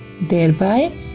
thereby